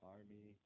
Army